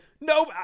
no